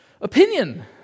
opinion